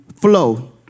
flow